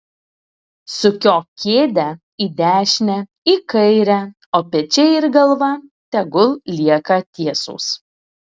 sukiok kėdę į dešinę į kairę o pečiai ir galva tegul lieka tiesūs